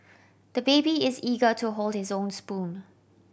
the baby is eager to hold his own spoon